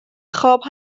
خواب